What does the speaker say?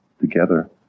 together